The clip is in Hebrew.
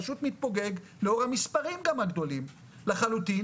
פשוט מתפוגג לאור המספרים גם הגדולים לחלוטין